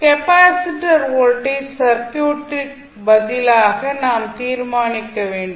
capacitor voltage சர்க்யூட்டின் பதிலாக நாம் தீர்மானிக்க வேண்டும்